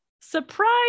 surprise